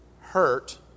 hurt